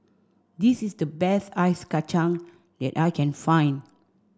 this is the best Ice Kacang that I can find